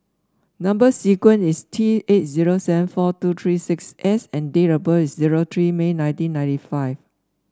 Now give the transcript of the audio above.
number sequence is T eight zero seven four two three six S and date of birth is zero three May nineteen ninety five